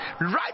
right